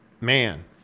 man